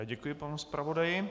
Děkuji panu zpravodaji.